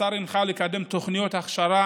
השר הנחה לקדם תוכניות הכשרה